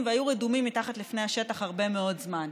והיו רדומים מתחת לפני השטח הרבה מאוד זמן.